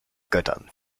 göttern